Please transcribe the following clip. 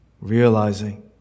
realizing